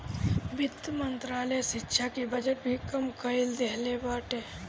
वित्त मंत्रालय शिक्षा के बजट भी कम कई देहले बाटे